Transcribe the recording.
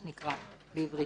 לא,